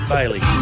Bailey